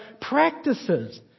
practices